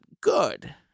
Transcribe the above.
Good